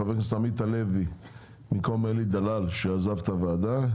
חבר הכנסת עמית הלוי במקום אלי דלל שעזב את הוועדה,